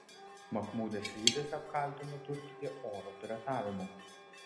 mahmudas saidas apkaltino turkiją oro piratavimu